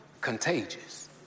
Contagious